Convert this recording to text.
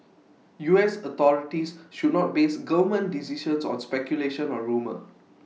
U S authorities should not base government decisions on speculation or rumour